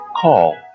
call